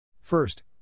First